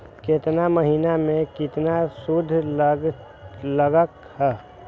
केतना महीना में कितना शुध लग लक ह?